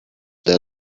their